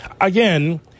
Again